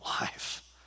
life